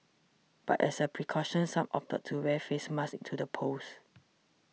but as a precaution some opted to wear face masks to the polls